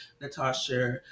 Natasha